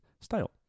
style